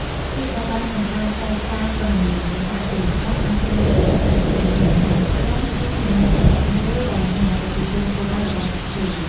ភាពបត់បែនក្នុងការចែកចាយព័ត៌មាន ម្ចាស់អាជីវកម្មអាចជ្រើសរើសផ្សព្វផ្សាយព័ត៌មានទៅកាន់ក្រុម ឬឆានែលជាក់លាក់មួយដែលមានអតិថិជនគោលដៅរបស់ពួកគេ។